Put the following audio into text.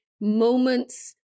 moments